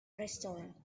restaurant